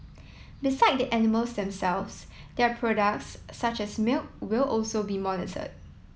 beside the animals themselves their products such as milk will also be monitored